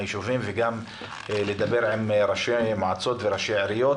היישובים וגם לדבר עם ראשי מועצות ועיריות,